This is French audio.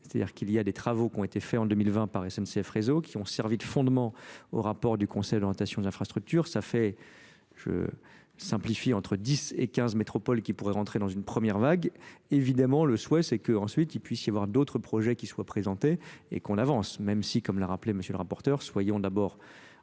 c'est à dire qu'il y a des travaux qui ont été faits en deux mille vingt par s n c f réseau quii ont servi de fondement au rapport du conseil d'orientation des infrastructures cela fait je simplifie entre dix et quinze métropoles qui pourraient rentrer dans une première vague évidemment le souhait c'est que ensuite il puisse y avoir d'autres projets qui soient présentés et qu'on avance même si comme l'a rappelé le rapporteur soyons d'abord